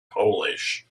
polish